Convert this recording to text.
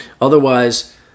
Otherwise